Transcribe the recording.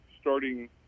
starting